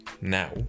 now